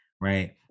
right